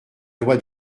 loi